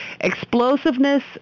Explosiveness